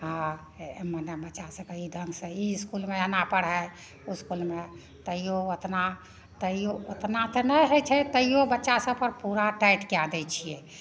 हँ एहिमे अहिना बच्चाके तऽ एहि ढंग सऽ ई इसकुलमे एना पढ़ाइ ओ इसकुलमे तैयो ओतना तैयो ओतना तऽ नहि होइ छै तैयो बच्चा सब पर पूरा टाइट कए दै छियै